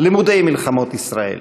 למודי מלחמות ישראל.